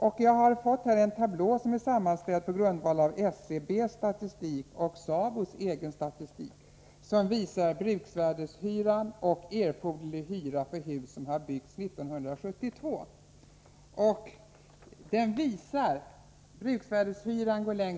Jag har här i min hand en tablå, sammanställd på grundval av SCB:s statistik och SABO:s egen statistik, som visar bruksvärdeshyran och erforderlig hyra för hus som har byggts 1972.